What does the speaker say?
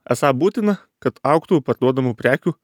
esą būtina kad augtų parduodamų prekių